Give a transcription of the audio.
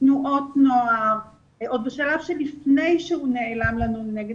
תנועות נוער עוד בשלב של לפני שהוא נעלם לנו מנגד